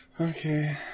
Okay